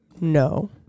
No